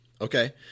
Okay